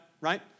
Right